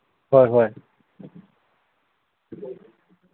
ꯍꯣꯏ ꯍꯣꯏ